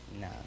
No